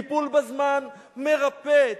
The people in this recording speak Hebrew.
טיפול בזמן מרפא,